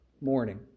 morning